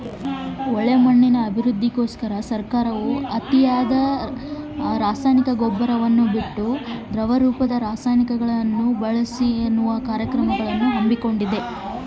ಒಳ್ಳೆ ಮಣ್ಣಿನ ಅಭಿವೃದ್ಧಿಗೋಸ್ಕರ ಸರ್ಕಾರದ ಕಾರ್ಯಕ್ರಮಗಳು ಯಾವುವು?